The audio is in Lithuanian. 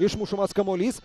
išmušamas kamuolys